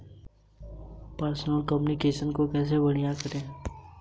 Personal loan की आवश्यकताएं क्या हैं?